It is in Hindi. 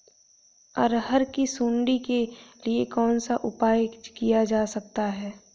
अरहर की सुंडी के लिए कौन सा उपाय किया जा सकता है?